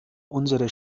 unsere